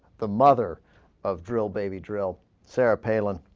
the mother of drill baby drill sir payload